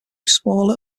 smaller